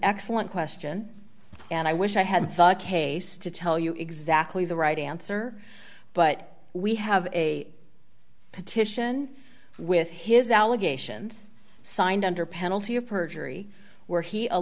excellent question and i wish i had thought case to tell you exactly the right answer but we have a petition with his allegations signed under penalty of perjury where he a